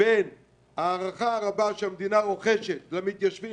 בין הערכה הרבה שהמדינה רוחשת למתיישבים,